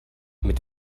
mit